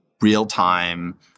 real-time